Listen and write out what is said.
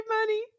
money